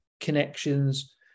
connections